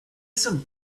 some